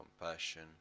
compassion